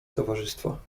towarzystwa